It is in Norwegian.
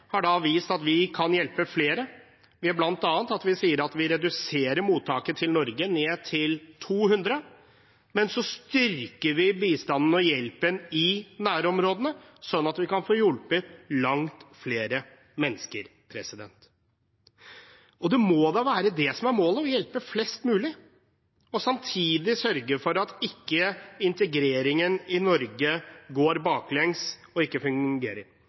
vist at vi kan hjelpe flere, bl.a. ved at vi sier at vi reduserer mottaket til Norge ned til 200, men så styrker vi bistanden og hjelpen i nærområdene, sånn at vi kan få hjulpet langt flere mennesker. Det må da være det som er målet, å hjelpe flest mulig, og samtidig sørge for at ikke integreringen i Norge går baklengs og ikke fungerer.